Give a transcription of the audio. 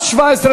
אין הסתייגויות.